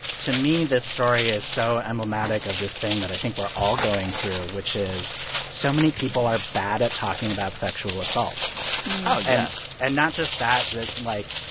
to me, this story is so emblematic of this thing that i think we're all going through, which is so many people are bad at talking about sexual assault oh, yeah and not just that that like,